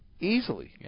Easily